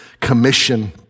commission